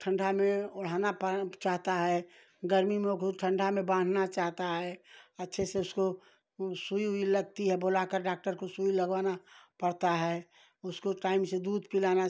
ठंढा में ओढ़ाना चाहता है गर्मी में ओको ठंढा में बाह्नना चाहता है अच्छे से उसको ऊ सुई ऊई लगती है बुलाकर डाक्टर को सुई लगवाना पड़ता है उसको टाइम से दूध पिलाना